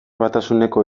batasuneko